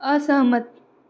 असहमत